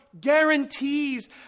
guarantees